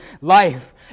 life